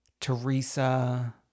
Teresa